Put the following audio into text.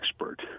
expert